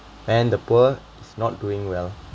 and the poor not doing well